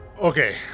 Okay